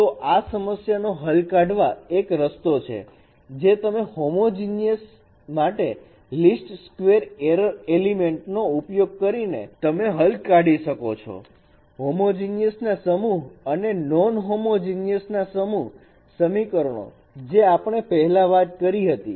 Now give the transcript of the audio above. તો આ સમસ્યાઓ ના હલ કાઢવાનો એક રસ્તો છે જે તમે હોમોજીનીયસ માટે લીસ્ટ સ્ક્વેર એરર એસ્ટીમેટ નો ઉપયોગ કરી ને તમે હલ કાઢી શકો છો હોમોજીનીયસ ના સમૂહ અને નોન હોમોજીનીયસ ના સમૂહ સમીકરણો જે આપણે પહેલા વાત કરી હતી